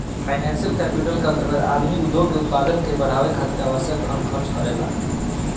financial capital के अंतर्गत आदमी उद्योग के उत्पादन के बढ़ावे खातिर आवश्यक धन खर्च करेला